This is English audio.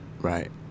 Right